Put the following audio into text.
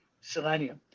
selenium